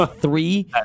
three